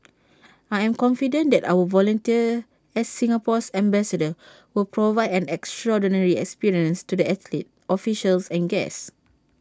I am confident that our volunteers as Singapore's ambassadors will provide an extraordinary experience to the athletes officials and guests